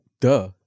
duh